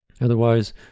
Otherwise